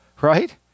right